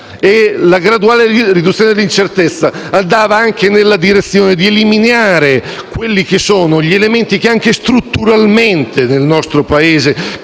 la graduale riduzione di incertezza andava anche nella direzione di eliminare gli elementi che anche strutturalmente, nel nostro Paese,